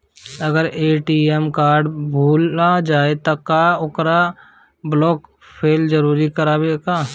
अगर ATM card भूला जाए त का ओकरा के बलौक कैल जरूरी है का?